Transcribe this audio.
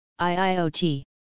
IIoT